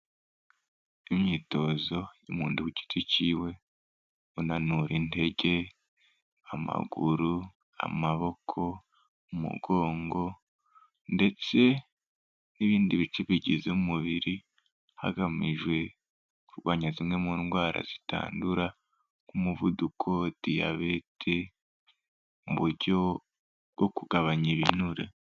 Imyitozo y'umuntu ku giti cyiwe unanura intege, amaguru, amaboko, umugongo, ndetse n'ibindi bice bigize umubiri hagamijwe kurwanya zimwe mu ndwara zitandura, nk'umuvuduko, diyabete mu buryo bwo kugabanya ibinure.